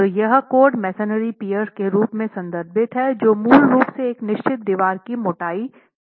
तो यहाँ code masonry pier के रूप में संदर्भित है जो मूल रूप से एक निश्चित दीवार की मोटाई t हैं